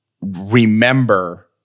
remember